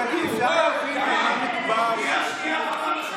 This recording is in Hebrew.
אפשר להבין במה מדובר?